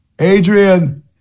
Adrian